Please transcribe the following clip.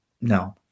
no